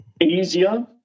easier